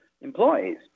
employees